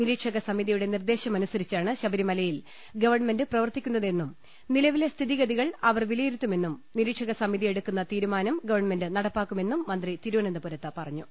നിരീക്ഷക സമിതിയുടെ നിർദ്ദേശമനുസ രിച്ചാണ് ശബരിമലയിൽ ഗവൺമെന്റ് പ്രവർത്തിക്കുന്നതെന്നും നിലവിലെ സ്ഥിതിഗതികൾ അവർ വിലയിരുത്തുമെന്നും നിരീക്ഷക സമിതി എടു ക്കുന്ന തീരുമാനം ഗവൺമെന്റ് നടപ്പാക്കുമെന്നും മന്ത്രി തിരുവനന്തപു രത്ത് പറഞ്ഞു